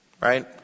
Right